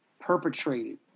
perpetrated